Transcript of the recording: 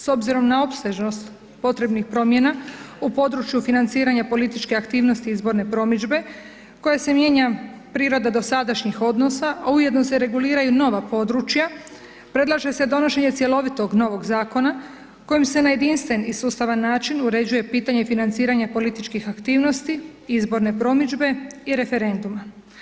S obzirom na opsežnost potrebnih promjena u području financiranja političke aktivnosti izborne promidžbe koje se mijenja priroda dosadašnjih odnosa, a ujedno se reguliraju i nova područja, predlaže se donošenje cjelovitog novog Zakona kojim se na jedinstven i sustavan način uređuje pitanje financiranja političkih aktivnosti izborne promidžbe i referenduma.